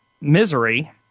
misery